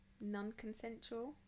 non-consensual